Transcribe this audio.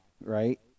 right